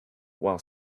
while